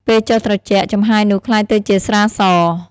ពេលចុះត្រជាក់ ចំហាយនោះក្លាយទៅជាស្រាស។